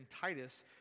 Titus